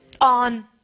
On